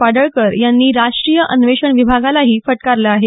पाडळकर यांनी राष्ट्रीय अन्वेषण विभागालाही फटकारलं आहे